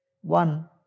One